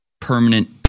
permanent